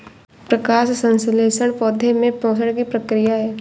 प्रकाश संश्लेषण पौधे में पोषण की प्रक्रिया है